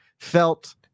Felt